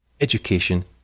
Education